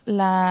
la